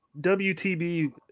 WTB